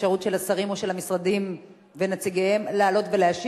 אפשרות של השרים או של המשרדים ונציגיהם לעלות ולהשיב,